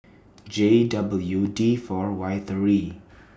J W D four Y three